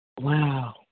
Wow